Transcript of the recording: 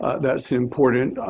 that's the important